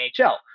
NHL